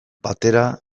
batera